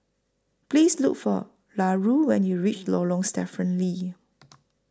Please Look For Larue when YOU REACH Lorong Stephen Lee